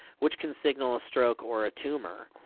which can signal a stroke or a tumor.